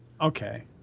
Okay